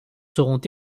seront